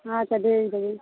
हँ अच्छा भेज देबय